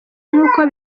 nk’uko